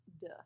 Duh